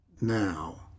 now